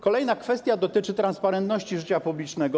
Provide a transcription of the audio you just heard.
Kolejna kwestia dotyczy transparentności życia publicznego.